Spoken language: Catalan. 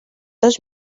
dos